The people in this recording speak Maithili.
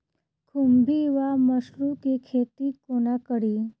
खुम्भी वा मसरू केँ खेती कोना कड़ी?